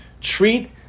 Treat